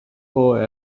for